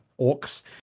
Orcs